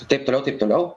taip toliau taip toliau